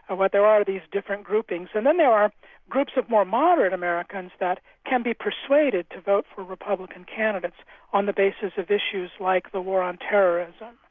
ah there are these different groupings. and then there are groups of more moderate americans that can be persuaded to vote for republican candidates on the basis of issues like the war on terror,